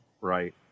right